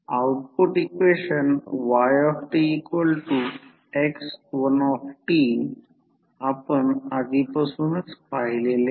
output equation yx1 आपण आधीपासूनच पाहिले आहे